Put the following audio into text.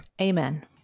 Amen